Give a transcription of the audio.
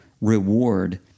reward